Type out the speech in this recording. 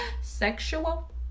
sexual